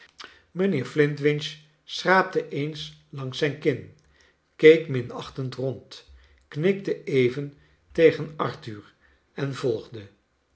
mijnheer flintwinch schraapte eens langs zijn kin keek minachtend rond knikte even tegen arthur en volgde